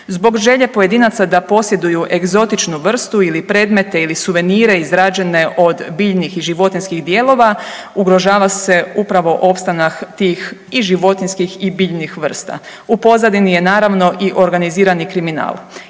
Zbog želje pojedinaca da posjeduju egzotičnu vrstu ili predmete ili suvenire izrađene od biljnih i životinjskih dijelova ugrožava se upravo opstanak tih i životinjskih i biljnih vrsta, u pozadini je naravno i organizirani kriminal.